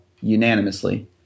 unanimously